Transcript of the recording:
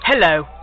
Hello